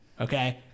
Okay